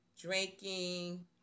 Drinking